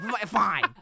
fine